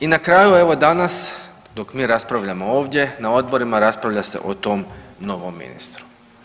I na kraju evo danas dok mi raspravljamo ovdje, na odborima raspravlja se o tom novom ministru.